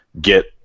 get